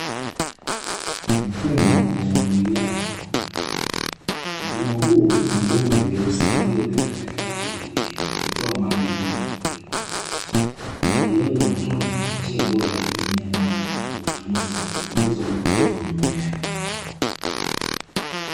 Mfumo wa umwagiliaji, mfumo huu unabomba nyeusi inayopita katikati na kutoa maji moja kwa moja kwenye mizizi, umwagiliaji wa matone ikiwa ni njia bora ya kutumia maji ili kupunguza upotevu wa mimea.